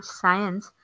science